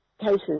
cases